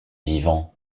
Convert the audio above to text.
vivant